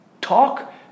talk